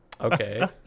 okay